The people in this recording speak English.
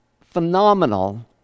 Phenomenal